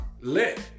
Lit